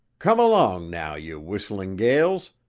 come along now, ye whistling gales,